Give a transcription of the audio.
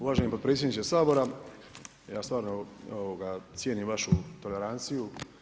Uvaženi podpredsjedniče Sabora ja stvarno cijenim vašu toleranciju.